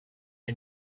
you